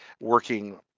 working